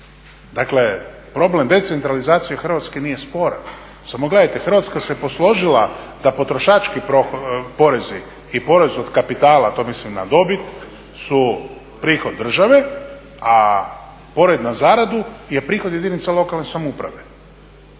Dakle, problem decentralizacije Hrvatske nije sporan, samo gledajte Hrvatska se posložila da potrošački porezi i porezi od kapitala, to mislim na dobit, su prihod države, a porez na zaradu je prihod jedinica lokalne samouprave.